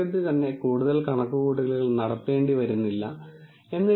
ഈ data analytic ടെക്നിക്കുകളിൽ പലതിലും ടെസ്റ്റ് ഡാറ്റ ഉപയോഗിച്ചാണ് ഇത് ചെയ്യുന്നത്